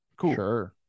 cool